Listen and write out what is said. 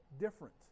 different